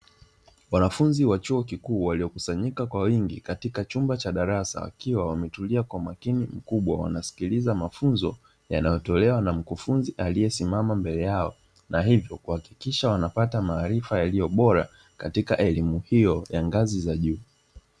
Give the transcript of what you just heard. Wanafunzi wa chuo kikuu waliokusanyika kwa wingi katika chumba cha darasa wakiwa wametulia kwa makini mkubwa wanasikiza mafunzo yanayotolewa na mkufunzi aliyesimama mbele yao, na hivyo kuhakikisha wanapata maarifa yaliyo bora katika elimu hiyo ya ngazi za juu.